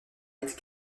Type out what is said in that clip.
être